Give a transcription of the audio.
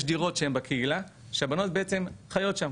יש דירות שהן בקהילה שהבנות בעצם חיות שם